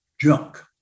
junk